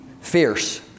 fierce